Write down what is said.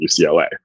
UCLA